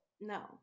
No